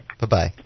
Bye-bye